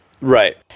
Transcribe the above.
Right